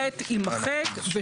(ב) יימחק.